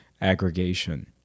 aggregation